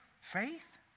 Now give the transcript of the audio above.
faith